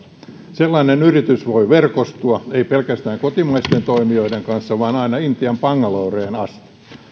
sellainen yritys voi verkostua ei pelkästään kotimaisten toimijoiden kanssa vaan aina intian bangaloreen asti